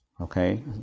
Okay